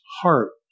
heart